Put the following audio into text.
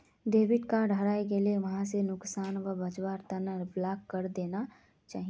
debit card हरई गेला यहार नुकसान स बचवार तना ब्लॉक करे देना चाहिए